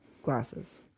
glasses